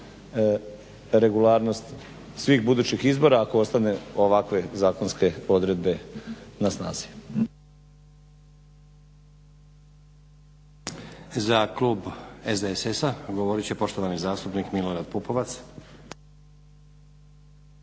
regularnost svih budućih izbora ako ostane ovakve zakonske odredbe na snazi. **Stazić, Nenad (SDP)** Za Klub SDSS-a govorit će poštovani zastupnik Milorad Pupovac.